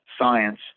science